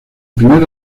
primer